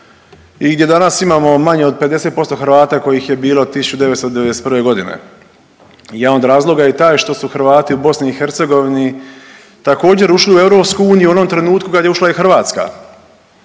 i gdje danas imamo manje od 50% Hrvata kojih je bilo 1991.g.. Jedan od razloga je taj što su Hrvati u BiH također ušli u EU u onom trenutku kad je ušla i Hrvatska,